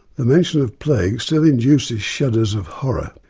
the mention of plague still induces shudders of horror.